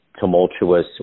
tumultuous